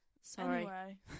Sorry